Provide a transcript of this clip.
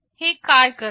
तर हे काय करते